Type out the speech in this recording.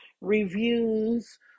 reviews